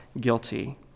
guilty